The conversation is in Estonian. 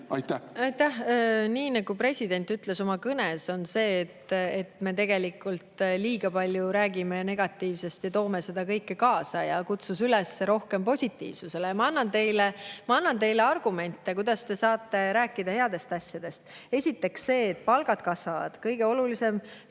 ei usu. Aitäh! Nii nagu president ütles oma kõnes, me räägime tegelikult liiga palju negatiivsest ja toome seda kõike kaasa. Ta kutsus üles rohkemale positiivsusele. Ma annan teile argumente, kuidas te saate rääkida headest asjadest. Esiteks, palgad kasvavad – kõige olulisem.